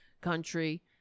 country